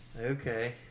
Okay